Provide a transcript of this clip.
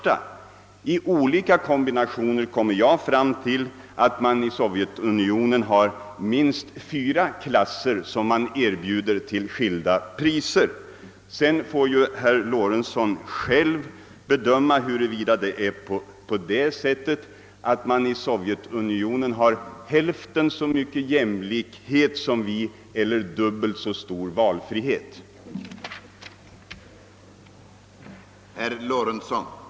Med de olika kombinationer som förekommer kan man säga att Sovjetunionens järnvägar har minst fyra klasser, som erbjuds till skilda priser. Jag överlåter åt herr Lorentzon att bedöma huruvida man i Sovjetunionen har hälften så stor jämlikhet eller dubbelt så stor valfrihet som vi.